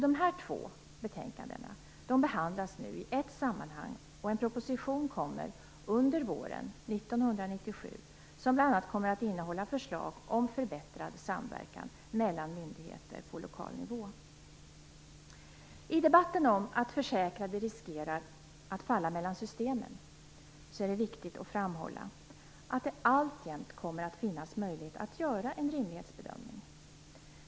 Dessa två betänkanden behandlas nu i ett sammanhang, och en proposition kommer under våren 1997 och kommer bl.a. att innehålla förslag om förbättrad samverkan mellan myndigheter på lokal nivå. I debatten om att försäkrade riskerar att falla mellan systemen är det viktigt att framhålla att det alltjämt kommer att finnas möjlighet att göra en rimlighetsbedömning.